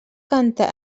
canta